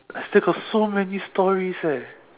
I still got so many stories eh